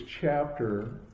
chapter